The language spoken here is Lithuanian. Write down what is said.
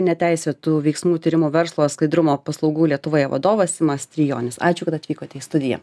neteisėtų veiksmų tyrimo verslo skaidrumo paslaugų lietuvoje vadovas simas trijonis ačiū kad atvykote į studiją